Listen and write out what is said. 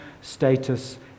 status